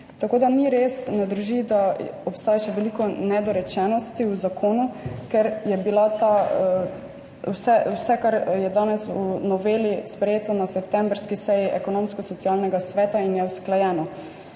Tako da ni res, ne drži, da obstaja še veliko nedorečenosti v zakonu, ker je bilo vse, kar je danes v noveli, sprejeto na septembrski seji Ekonomsko-socialnega sveta in je usklajeno.